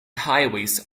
highways